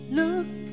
look